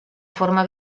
forma